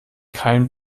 keinen